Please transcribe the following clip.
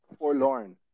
forlorn